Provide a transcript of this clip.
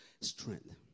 strength